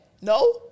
No